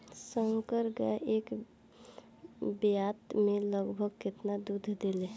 संकर गाय एक ब्यात में लगभग केतना दूध देले?